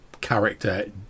character